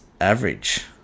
average